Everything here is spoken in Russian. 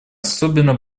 особенно